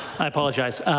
i apologize.